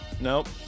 Nope